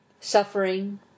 Suffering